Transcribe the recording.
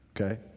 okay